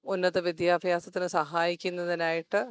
ഉന്നത വിദ്യാഭ്യാസത്തിന് സഹായിക്കുന്നതിനായിട്ട്